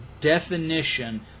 definition